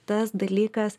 tas dalykas